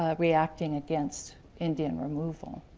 ah reacting against indian removal.